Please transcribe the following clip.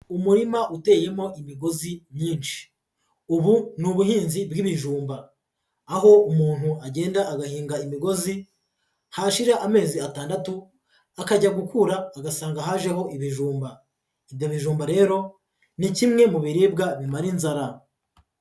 Umurima uteyemo imigozi myinshi, ubu ni ubuhinzi bw'ibijumba aho umuntu agenda agahinga imigozi hashira amezi atandatu akajya gukura agasanga hajeho ibijumba, ibyo bijumba rero ni kimwe mu biribwa bimara inzara.